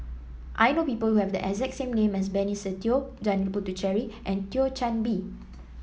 I know people who have the exact same name as Benny Se Teo Janil Puthucheary and Thio Chan Bee